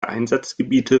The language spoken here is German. einsatzgebiete